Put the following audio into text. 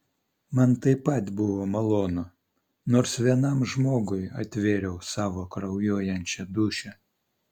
man taip pat buvo malonu nors vienam žmogui atvėriau savo kraujuojančią dūšią